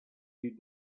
you